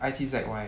I T Z Y